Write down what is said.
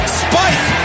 spike